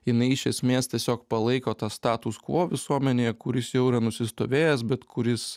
jinai iš esmės tiesiog palaiko tą status quo visuomenėje kuris jau yra nusistovėjęs bet kuris